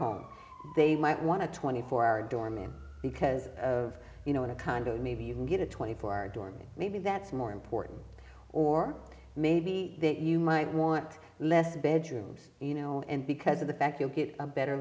home they might want to twenty four hour doorman because of you know in a condo maybe you can get a twenty four hour dorm maybe that's more important or maybe that you might want less bedrooms you know and because of the back you'll get a better